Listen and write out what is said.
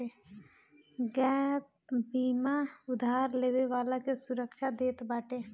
gap बीमा उधार लेवे वाला के सुरक्षा देत बाटे